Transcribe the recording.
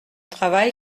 travail